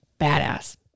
badass